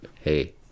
Hey